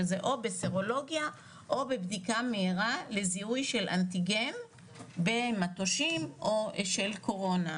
שזה או בסרולוגיה או בבדיקה מהירה לזיהוי של אנטיגן במטושים של קורונה.